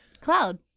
Cloud